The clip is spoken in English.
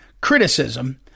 criticism